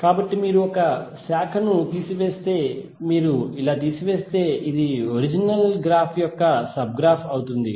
కాబట్టి మీరు ఒక బ్రాంచ్ ను తీసివేస్తే మీరు ఇలా తీసివేస్తే అది ఒరిజినల్ గ్రాఫ్ యొక్క సబ్ గ్రాఫ్ అవుతుంది